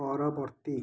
ପରବର୍ତ୍ତୀ